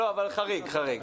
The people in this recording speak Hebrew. לא, אבל חריג, חריג.